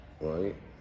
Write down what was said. right